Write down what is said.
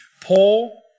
Paul